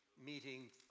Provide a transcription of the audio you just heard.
meeting